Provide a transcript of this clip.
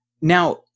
Now